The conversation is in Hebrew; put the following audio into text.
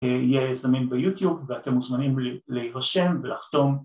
יהיה זמין ביוטיוב ואתם מוזמנים להירשם ולחתום